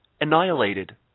annihilated